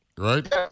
Right